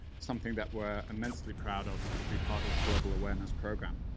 something that we're immensely proud of to be part of the global awareness program.